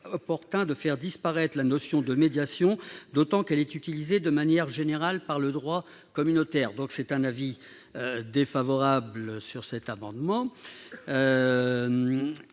opportun de faire disparaître la notion de « médiation », d'autant qu'elle est utilisée de manière générale par le droit communautaire. La commission a donc émis un avis défavorable sur cet amendement.